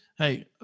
Hey